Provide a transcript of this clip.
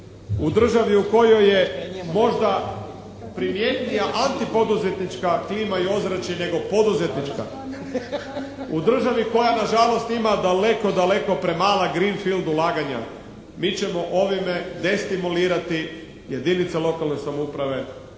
u državi u kojoj je možda primjetnija antipoduzetnička klima i ozračje nego poduzetnička, u državi koja na žalost ima daleko daleko premala green field ulaganja, mi ćemo ovim destimulirati jedinice lokalne samouprave